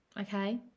Okay